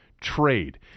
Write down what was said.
trade